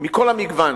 מכל המגוון.